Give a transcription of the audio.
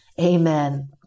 Amen